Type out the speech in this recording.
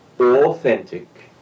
authentic